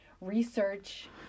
research